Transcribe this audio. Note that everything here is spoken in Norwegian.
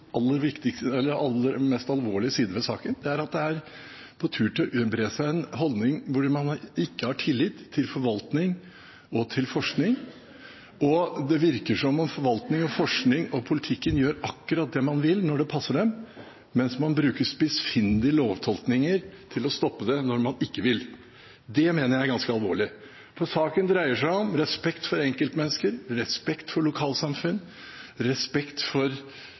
aller mest alvorlige sidene ved saken, at det er i ferd med å bre seg en holdning hvor man ikke har tillit til forvaltning og forskning. Det virker som om forvaltning, forskning og politikk gjør akkurat det man vil, når det passer en, mens man bruker spissfindige lovtolkninger til å stoppe det når man ikke vil. Det mener jeg er ganske alvorlig. Saken dreier seg om respekt for enkeltmennesker, respekt for lokalsamfunn, respekt for